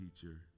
teacher